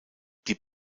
die